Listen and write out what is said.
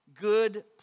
good